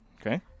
Okay